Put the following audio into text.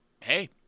hey